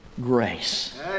grace